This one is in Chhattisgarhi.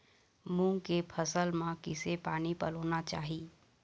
मूंग के फसल म किसे पानी पलोना चाही?